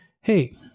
Hey